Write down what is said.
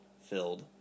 filled